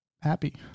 happy